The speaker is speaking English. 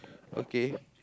okay